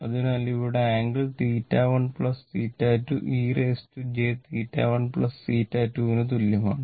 അതിനാൽ ഇവിടെ angle θ1 θ2 e jθ 1 θ2 ന് തുല്യമാണ്